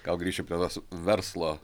gal grįšiu prie tos verslo